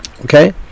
Okay